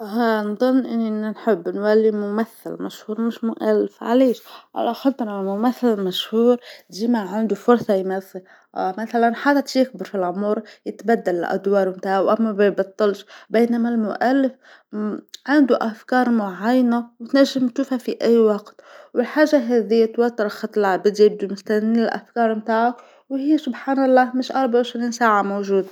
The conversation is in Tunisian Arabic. ها نظن أني نحب نولي ممثله مشهوره مشي مؤلفه، علاش، علاخاطر الممثل المشهور ديما عندو فرصه يمثل مثلا حتى تصير كبير في العمر يتبدل الأدوار متاعو أما ما يبطلش، بينما المؤلف عندو أفكار معينه وتنجم تشوفه في أي وقت والحاجه هاذيا توتر علاخاطر العباد يبدو مستنين الأفكار متاعو، وهي سبحان الله مش أربعه وعشرين ساعه موجوده.